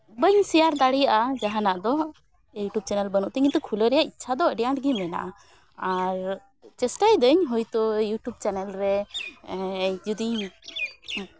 ᱵᱟᱹᱧ ᱥᱮᱭᱟᱨ ᱫᱟᱲᱮᱭᱟᱜᱼᱟ ᱡᱟᱦᱟᱱᱟᱜ ᱫᱚ ᱤᱭᱩᱴᱩᱵᱽ ᱪᱮᱱᱮᱞ ᱵᱟᱹᱱᱩᱜ ᱛᱤᱧᱟ ᱠᱤᱱᱛᱩ ᱠᱷᱩᱞᱟᱹᱣ ᱨᱮᱭᱟᱜ ᱤᱪᱪᱷᱟ ᱫᱚ ᱟᱹᱰᱤ ᱟᱸᱴ ᱜᱮ ᱢᱮᱱᱟᱜᱼᱟ ᱟᱨ ᱪᱮᱥᱴᱟᱭᱮᱫᱟᱹᱧ ᱦᱚᱭᱛᱳ ᱤᱭᱩᱴᱩᱵᱽ ᱪᱮᱱᱮᱞ ᱨᱮ ᱡᱩᱫᱤᱧ